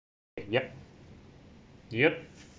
yup yup